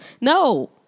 No